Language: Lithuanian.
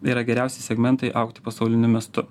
yra geriausi segmentai augti pasauliniu mestu